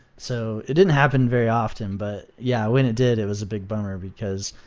so it didn't happen very often, but, yeah, when it did, it was a big bummer because,